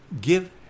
Give